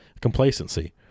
complacency